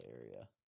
area